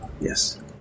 Yes